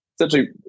essentially